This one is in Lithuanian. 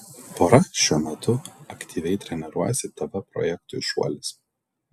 pora šiuo metu aktyviai treniruojasi tv projektui šuolis